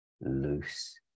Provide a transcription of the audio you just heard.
loose